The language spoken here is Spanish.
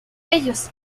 ellos